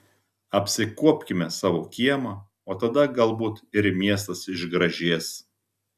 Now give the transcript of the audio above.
apsikuopkime savo kiemą o tada galbūt ir miestas išgražės